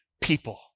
people